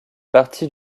partie